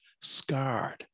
scarred